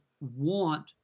want